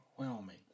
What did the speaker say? overwhelming